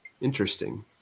Interesting